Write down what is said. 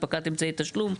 הנפקת אמצעי תשלום,